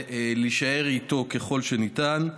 ולהישאר איתו ככל שניתן.